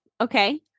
Okay